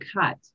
cut